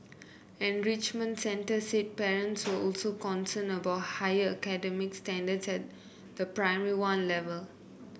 enrichment centres said parents were also concerned about higher academic standards at the Primary One level